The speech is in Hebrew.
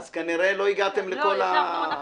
אז כנראה לא הגעתם לכל השכבות.